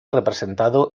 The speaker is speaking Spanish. representado